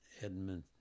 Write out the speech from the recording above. Edmund